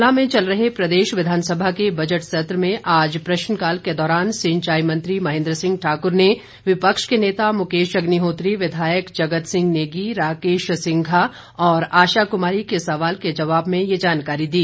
शिमला में चल रहे प्रदेश विधानसभा के बजट सत्र में आज प्रश्नकाल के दौरान सिंचाई मंत्री महेन्द्र सिंह ठाक्र ने विपक्ष के नेता मुकेश अग्निहोत्री विधायक जगत सिंह नेगी राकेश सिंघा और आशा कुमारी के सवाल के जवाब में ये जानकारी दी